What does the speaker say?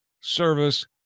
service